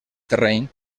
terreny